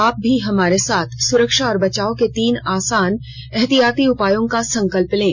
आप भी हमारे साथ सुरक्षा और बचाव के तीन आसान एहतियाती उपायों का संकल्प लें